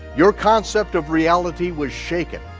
your concept of reality was shaken,